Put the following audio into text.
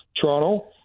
Toronto